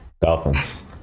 Dolphins